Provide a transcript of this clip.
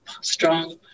strong